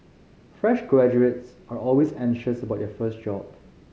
fresh graduates are always anxious about their first job